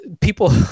people